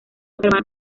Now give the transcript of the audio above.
acordaron